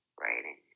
writing